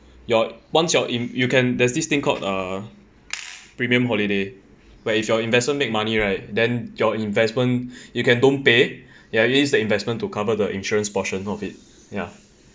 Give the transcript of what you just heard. your once you're in you can there's this thing called uh premium holiday but if your investment make money right then your investment you can don't pay ya use the investment to cover the insurance portion of it ya